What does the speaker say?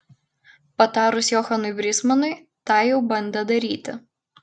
patarus johanui brysmanui tą jau bandė daryti